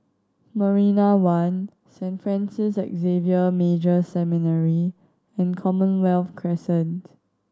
Marina One Saint Francis Xavier Major Seminary and Commonwealth Crescent